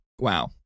Wow